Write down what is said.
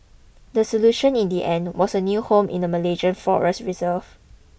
the solution in the end was a new home in a Malaysian forest reserve